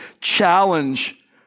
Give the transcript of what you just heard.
challenge